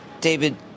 David